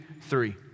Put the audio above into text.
three